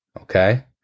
Okay